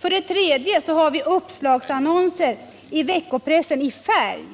För det tredje har vi uppslagsannonser i veckopressen i färg.